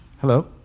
hello